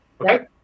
Okay